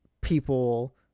people